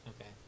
Okay